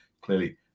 clearly